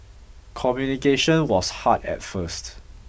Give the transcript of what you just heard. communication was hard at first